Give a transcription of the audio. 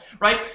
Right